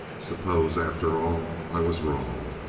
suppose, after all, i was wrong?